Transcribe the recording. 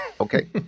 Okay